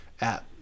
app